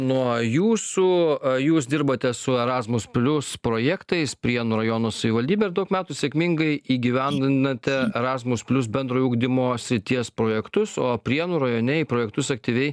nuo jūsų jūs dirbate su erasmus plius projektais prienų rajono savivaldybėj ir daug metų sėkmingai įgyvendinate erazmus plius bendrojo ugdymo srities projektus o prienų rajone į projektus aktyviai